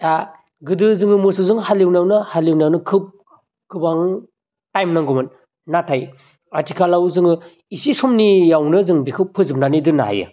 दा गोदो जोङो मोसौजो हालएवनायावनो हालएवनायावनो खोब गोबां टाइम नांगौमोन नाथाइ आथिखालाव जोङो इसे समनियावनो जों बिखौ फोजोबनानै दोननो हायो